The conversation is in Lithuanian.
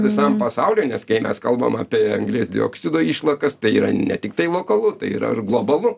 visam pasauliui nes kai mes kalbam apie anglies dioksido išlakas tai yra ne tiktai lokalu tai yra ir globalu